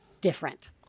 different